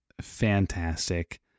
fantastic